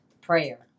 prayer